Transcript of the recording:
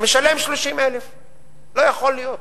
משלם 30,000. זה לא יכול להיות.